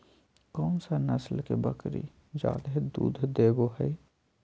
कौन सा नस्ल के बकरी जादे दूध देबो हइ?